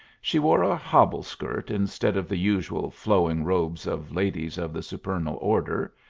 she wore a hobble-skirt instead of the usual flowing robes of ladies of the supernal order,